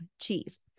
cheese